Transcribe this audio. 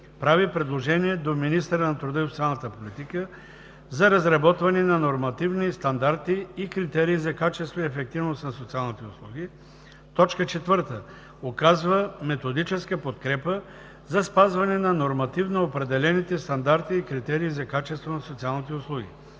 прави предложения до министъра на труда и социалната политика за разработване на нормативни стандарти и критерии за качество и ефективност на социалните услуги; 4. оказва методическа подкрепа за спазване на нормативно определените стандарти и критерии за качеството на социалните услуги;